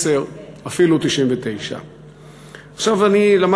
10 ואפילו 99. אני מודה,